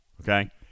okay